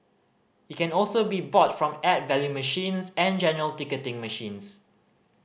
it can also be bought from add value machines and general ticketing machines